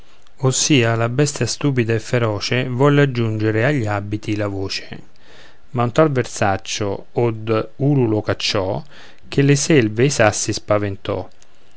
ossia la bestia stupida e feroce volle aggiungere agli abiti la voce ma un tal versaccio od ululo cacciò che le selve ed i sassi spaventò